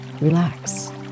Relax